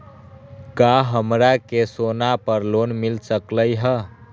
का हमरा के सोना पर लोन मिल सकलई ह?